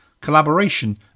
collaboration